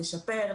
לשפר,